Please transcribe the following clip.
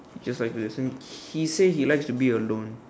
he just like listens he say he likes to be alone